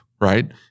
right